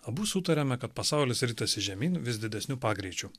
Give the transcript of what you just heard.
abu sutarėme kad pasaulis ritasi žemyn vis didesniu pagreičiu